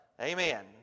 Amen